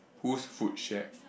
whose food shared